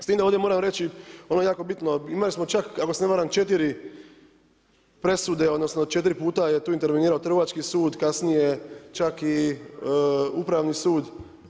S tim da ovdje moram reći ono jako bitno, imali smo čak, ako se ne varam 4, presude, odnosno, 4 puta je tu intervenirao Trgovački sud, kasnije čak i Upravni sud.